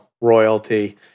royalty